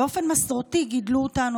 באופן מסורתי גידלו אותנו,